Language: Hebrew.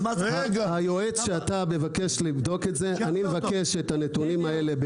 היועץ שאתה מבקש שיבדוק את זה אני מבקש שיבדוק את הנתונים האלה.